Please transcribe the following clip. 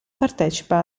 partecipa